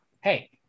Hey